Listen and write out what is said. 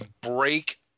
break